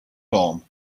dawn